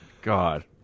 god